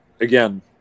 again